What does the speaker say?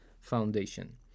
foundation